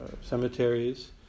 cemeteries